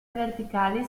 verticali